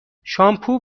شامپو